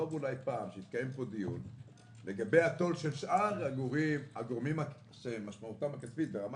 טוב אולי פעם שיתקיים פה דיון לגבי התו"ל של שאר הגורמים שמשמעותם ברמה